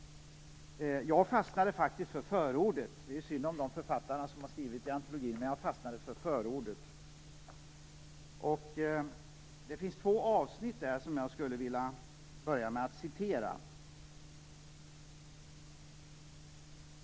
Jag fastnade faktiskt för förordet, och det är ju synd om de författare som har skrivit i antologin. Det finns två avsnitt där som jag skulle vilja referera.